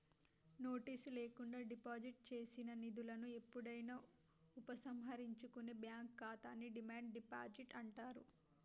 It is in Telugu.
నోటీసు లేకుండా డిపాజిట్ చేసిన నిధులను ఎప్పుడైనా ఉపసంహరించుకునే బ్యాంక్ ఖాతాని డిమాండ్ డిపాజిట్ అంటారు